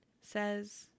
says